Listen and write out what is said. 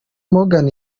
morgan